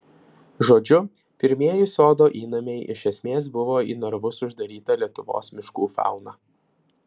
žodžiu pirmieji sodo įnamiai iš esmės buvo į narvus uždaryta lietuvos miškų fauna